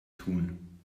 tun